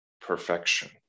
perfection